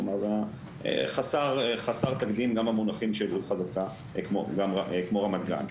כלומר חסר תקדים גם במונחים של עיר חזקה כמו רמת גן,